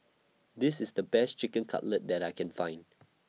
This IS The Best Chicken Cutlet that I Can Find